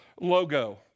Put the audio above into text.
logo